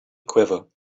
quiver